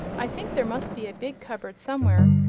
i think there must be a big cupboard somewhere,